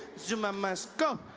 zuma must go!